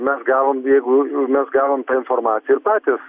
mes gavom jeigu mes gavom tą informaciją ir patys